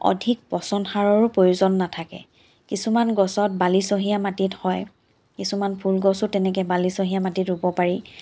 অধিক পচন সাৰৰো প্ৰয়োজন নাথাকে কিছুমান গছত বালিচহীয়া মাটিত হয় কিছুমান ফুলগছো তেনেকে বালিচহীয়া মাটিত ৰুব পাৰি